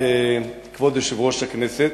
כבוד יושב-ראש הכנסת,